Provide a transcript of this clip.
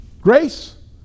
Grace